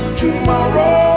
tomorrow